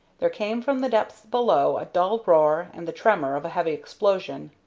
there came from the depths below a dull roar and the tremor of a heavy explosion.